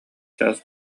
чаас